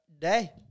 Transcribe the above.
day